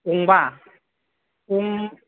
गंबा